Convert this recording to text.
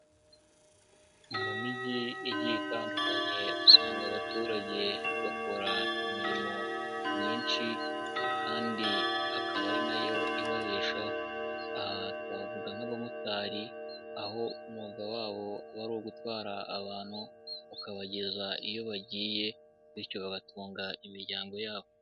Mu migi igiye itandukanye usanga abaturage bakora imirimo myinshi kandi akaba ari nayo ibabeshaho, aha twavuga nk'abamotari aho umwuga wabo uba ari uwo ugutwara abantu ukabageza iyo bagiye bityo bagatunga imiryango yabo.